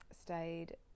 stayed